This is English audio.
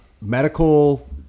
medical